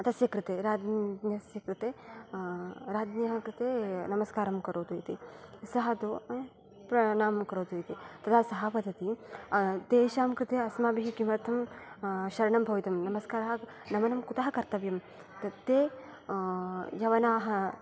तस्य कृते राज्ञस्य कृते राज्ञा कृते नमस्कारं करोतु इति स तु प्रणामं करोतु इति तदा सः वदति तेषां कृते अस्माभि किमर्थं शरणं भवितव्यम् नमस्कार नमनं कुत कर्तव्यं ते यवना